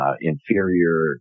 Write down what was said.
inferior